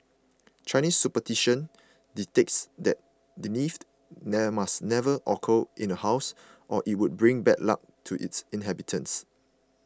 Chinese superstition dictates that death must never occur in a house or it would bring bad luck to its inhabitants